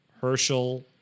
Herschel